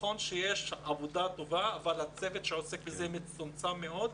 נכון שיש עבודה טובה אבל הצוות שעוסק בזה מצומצם מאוד.